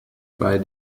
bei